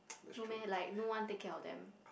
no meh like no one take care of them